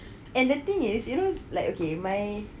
and the thing is you know okay like my